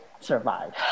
survive